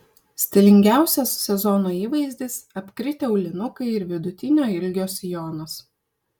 stilingiausias sezono įvaizdis apkritę aulinukai ir vidutinio ilgio sijonas